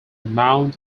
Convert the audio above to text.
mount